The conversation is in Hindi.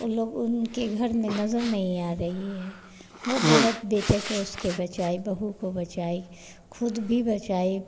उन लोग उनके घर में नज़र नहीं आ रही है वह बहुत बेटे को उसके बचाई बहू को बचाई ख़ुद भी बचाई